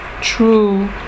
true